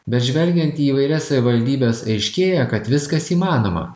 bet žvelgiant į įvairias savivaldybes aiškėja kad viskas įmanoma